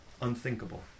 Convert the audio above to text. unthinkable